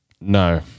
No